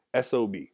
SOB